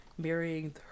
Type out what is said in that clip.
Marrying